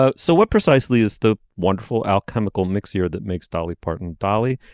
ah so what precisely is the wonderful alchemical mix here that makes dolly parton dolly.